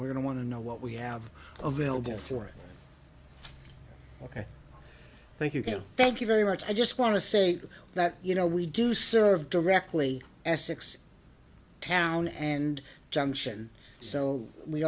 we're going to want to know what we have available for it ok thank you thank you very much i just want to say that you know we do serve directly essex town and junction so we